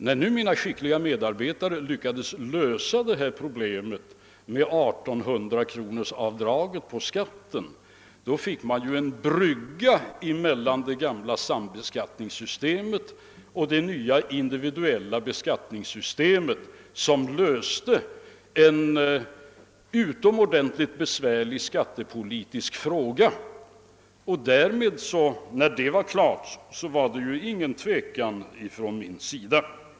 När nu mina skickliga medarbetare lyckades lösa problemet genom 1 800-kronorsavdraget på skatten fick man en brygga mellan det gamla sambeskattningssystemet och det nya individuella beskattningssystemet som löste en utomordentligt besvärlig skattepolitisk fråga. När det var klart förelåg ingen tvekan från min sida.